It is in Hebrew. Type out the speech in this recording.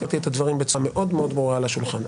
ושמתי את הדברים בצורה מאוד ברורה על השולחן.